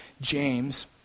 James